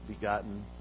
begotten